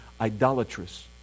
idolatrous